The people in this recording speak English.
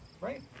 Right